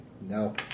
no